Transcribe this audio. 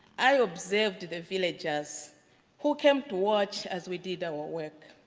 i observed the villagers who came to watch as we did our work.